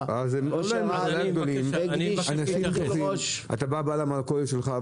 אדוני היושב-ראש, אתה בא למכולת שלך,